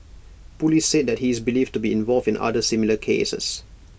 Police said that he is believed to be involved in other similar cases